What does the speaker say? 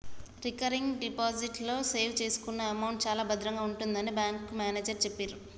recurring deposit లో save చేసుకున్న amount చాలా భద్రంగా ఉంటుందని బ్యాంకు మేనేజరు చెప్పిర్రు